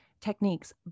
techniques